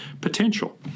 potential